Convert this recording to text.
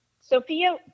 Sophia